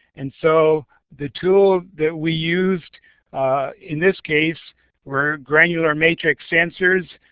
and so the tool that we used in this case were granular matrix sensors.